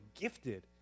gifted